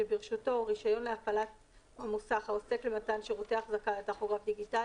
שברשותו רישיון להפעלת המוסך העוסק במתן שירותי אחזקה לטכוגרף דיגיטלי,